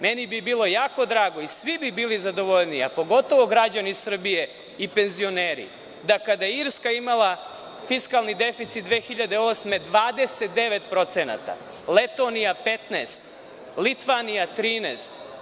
Meni bi bilo jako drago i svi bi bili zadovoljniji, a pogotovu građani Srbije i penzioneri, da kada je Irska imala fiskalni deficit 2008. godine 29 posto, Letonija 15 posto, Litvanija 13 posto.